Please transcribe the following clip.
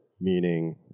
meaning